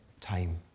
time